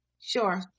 Sure